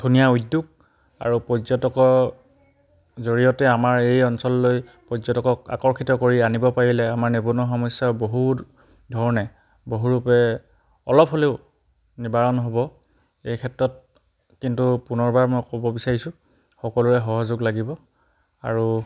ধুনীয়া উদ্যোগ আৰু পৰ্যটকৰ জৰিয়তে আমাৰ এই অঞ্চললৈ পৰ্যটকক আকৰ্ষিত কৰি আনিব পাৰিলে আমাৰ নিবনুৱা সমস্যা বহুত ধৰণে বহু ৰূপে অলপ হ'লেও নিবাৰণ হ'ব এই ক্ষেত্ৰত কিন্তু পুনৰবাৰ মই ক'ব বিচাৰিছোঁ সকলোৰে সহযোগ লাগিব আৰু